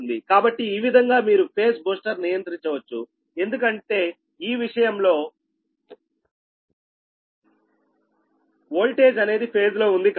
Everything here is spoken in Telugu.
కాబట్టి ఈ విధంగా మీరు ఫేజ్ బూస్టర్ నియంత్రించవచ్చు ఎందుకంటే ఈ విషయంలో ఓల్టేజ్ అనేది ఫేజ్ లో వుంది కాబట్టి